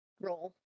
roll